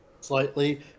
slightly